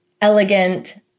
elegant